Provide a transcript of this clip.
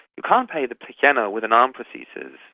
you can't play the piano with an arm prosthesis.